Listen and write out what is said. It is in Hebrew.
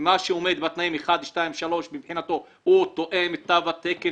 ושמה שעומד בתנאים מבחינתו הוא תואם את תו התקן